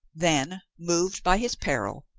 then, moved by his peril,